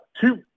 two